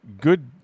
good